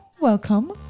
welcome